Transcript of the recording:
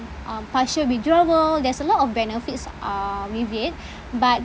uh partial withdrawal there's a lot of benefits uh with it but